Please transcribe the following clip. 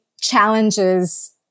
challenges